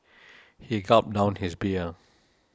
he gulped down his beer